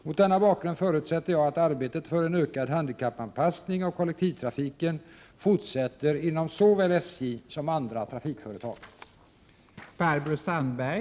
Mot denna bakgrund förutsätter jag att arbetet för en ökad handikappanpassning av kollektivtrafiken fortsätter inom såväl SJ som andra trafikföretag.